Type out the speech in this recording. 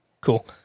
Cool